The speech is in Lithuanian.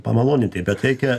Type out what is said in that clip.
pamaloninti bet reikia